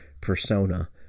persona